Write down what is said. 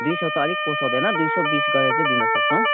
दुई सौ त अलिक पोसाउँदैन दुई सौ बिस गरेर चाहिँ दिन सक्छौँ